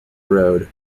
road